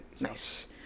Nice